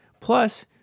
Plus